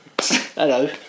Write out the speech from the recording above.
Hello